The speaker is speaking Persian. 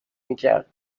میکرد